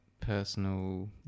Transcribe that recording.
personal